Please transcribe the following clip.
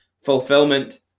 fulfillment